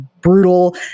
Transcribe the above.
brutal